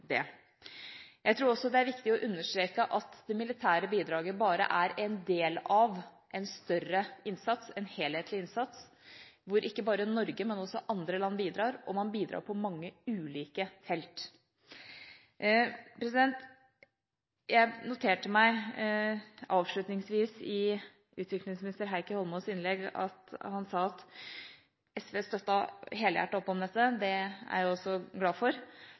Jeg tror også det er viktig å understreke at det militære bidraget bare er en del av en større innsats, en helhetlig innsats, hvor ikke bare Norge, men også andre land bidrar, og man bidrar på mange ulike felt. Jeg noterte meg avslutningsvis i utviklingsminister Heikki Eidsvoll Holmås’ innlegg at han sa at SV støtter helhjertet opp om dette – det er jeg også glad for